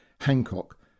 Hancock